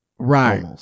Right